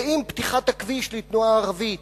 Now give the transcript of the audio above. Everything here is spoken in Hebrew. ואם פתיחת הכביש לתנועה ערבית